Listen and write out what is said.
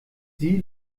sie